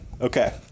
okay